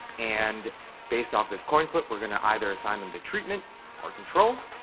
and based off this coin flip, we're gonna either assign them to treatment or control.